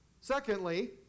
Secondly